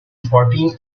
fourteen